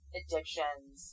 addictions